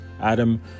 Adam